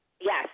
Yes